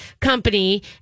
company